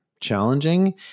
challenging